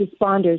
responders